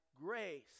grace